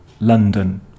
London